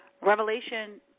Revelation